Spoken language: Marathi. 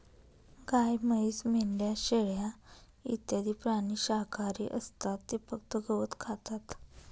गाय, म्हैस, मेंढ्या, शेळ्या इत्यादी प्राणी शाकाहारी असतात ते फक्त गवत खातात